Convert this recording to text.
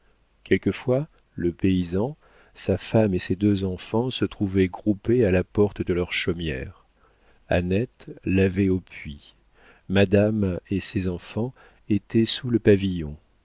quelquefois le paysan sa femme et ses deux enfants se trouvaient groupés à la porte de leur chaumière annette lavait au puits madame et ses enfants étaient sous le pavillon